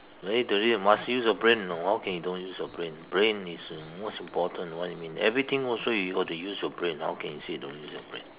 today you must use your brain you know how can you don't use your brain brain is the the most important what you mean everything also you got to use your brain how can you say don't use your brain